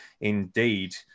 indeed